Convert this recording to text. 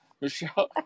Michelle